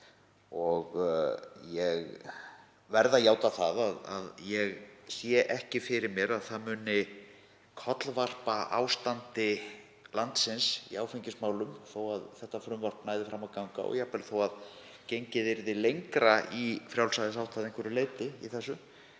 Ég verð að játa að ég sé ekki fyrir mér að það myndi kollvarpa ástandi landsins í áfengismálum þó að frumvarpið næði fram að ganga og jafnvel þó að gengið yrði lengra í frjálsræðisátt að einhverju leyti í þessu.